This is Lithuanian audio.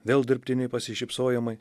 vėl dirbtiniai pasišypsojimai